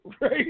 right